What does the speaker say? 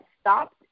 stopped